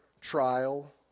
trial